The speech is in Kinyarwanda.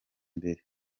imbere